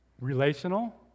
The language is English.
relational